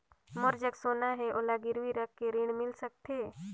मोर जग सोना है ओला गिरवी रख के ऋण मिल सकथे?